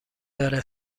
داره